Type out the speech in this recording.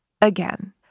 again